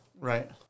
Right